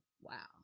wow